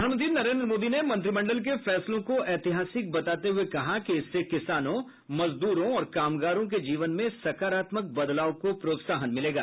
प्रधानमंत्री नरेन्द्र मोदी ने मंत्रिमंडल के फैसलों को ऐतिहासिक बताते हुए कहा कि इससे किसानों मजदूरों और कामगारों के जीवन में सकारात्मक बदलाव को प्रोत्साहन मिलेगा